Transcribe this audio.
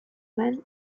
man